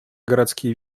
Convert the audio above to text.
городские